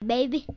Baby